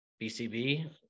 BCB